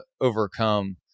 overcome